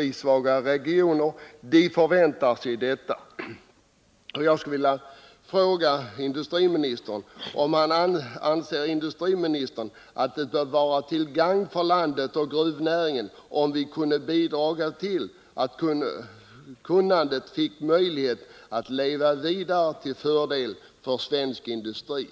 i svaga regioner, väntar sig detta. Jag skulle vilja fråga: Anser industriministern att det vore till gagn för landet och gruvnäringen om vi kunde bidra till att detta kunnande fick möjlighet att leva vidare till fördel för svensk industri?